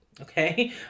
okay